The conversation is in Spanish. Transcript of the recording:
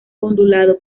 ondulado